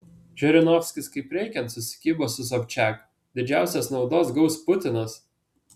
žirinovskis kaip reikiant susikibo su sobčiak didžiausios naudos gaus putinas